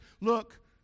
look